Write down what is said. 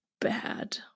bad